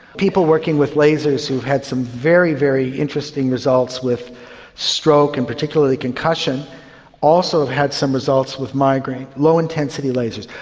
people working with lasers who've had some very, very interesting results with stroke and particularly concussion also had some results with migraine, low intensity lasers.